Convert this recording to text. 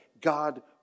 God